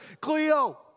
Cleo